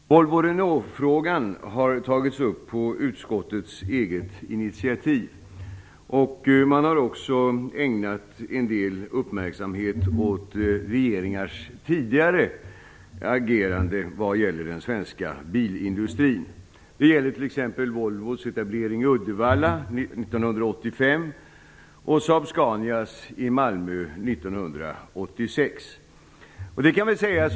Herr talman! Volvo-Renault-frågan har tagits upp på utskottets eget initiativ. Man har också ägnat en del uppmärksamhet åt regeringars agerande tidigare när det gäller den svenska bilindustrin. Det gäller t.ex. Volvos etablering i Uddevalla 1985 och Saab-Scanias etablering i Malmö 1986.